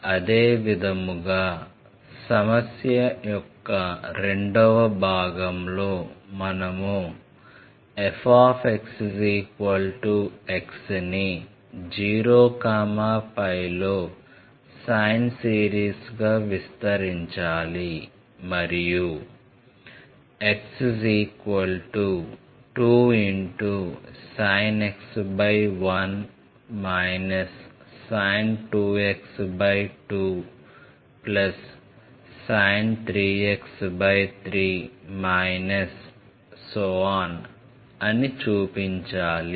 అదేవిధంగా సమస్య యొక్క రెండవ భాగంలో మనము f x ని 0πలో సైన్ సిరీస్గా విస్తరించాలి మరియు x2sin x 1 sin 2x 2sin 3x 3 అని చూపించాలి